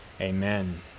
Amen